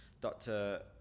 Dr